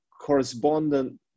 correspondent